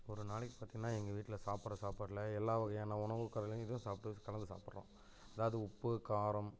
ஒரு நாளைக்கு பார்த்திங்கன்னா எங்கள் வீட்டில் சாப்பிட்ற சாப்பாட்டில் எல்லா வகையான உணவு கலந்தும் சாப்பிட்டு கலந்து சாப்பிட்றோம் அதாவது உப்பு காரம்